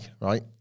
right